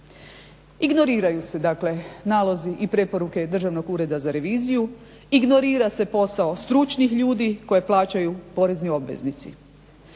Ignoriraju se dakle nalozi i preporuke Državnog ureda za reviziju, ignorira se posao stručnih ljudi koje plaćaju porezni obveznici.